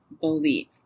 believe